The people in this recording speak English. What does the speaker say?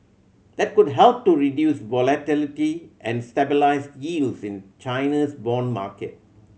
that could help to reduce volatility and stabilise yields in China's bond market